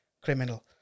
criminal